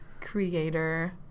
creator